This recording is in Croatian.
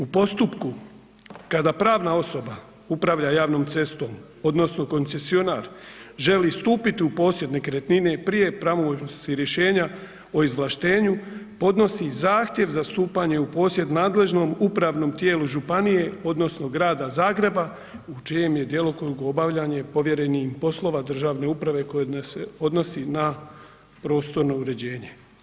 U postupku kada pravna osoba upravlja javnom cestom odnosno koncesionar želi stupiti u posjed nekretnine prije pravomoćnosti rješenja o izvlaštenju podnosi zahtjev za stupanje u posjednom nadležnom upravnom tijelu županije odnosno Grada Zagreba u čijem je djelokrugu obavljanje povjerenih poslova državne uprave koje se odnosi na prostorno uređenje.